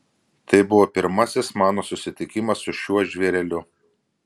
tai buvo pirmasis mano susitikimas su šiuo žvėreliu